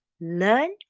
learn